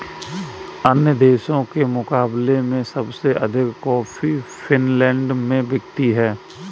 अन्य देशों के मुकाबले में सबसे अधिक कॉफी फिनलैंड में बिकती है